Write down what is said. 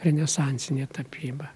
renesansinė tapyba